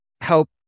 help